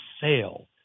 sale